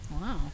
Wow